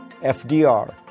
FDR